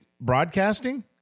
broadcasting